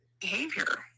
behavior